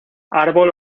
árbol